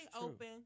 open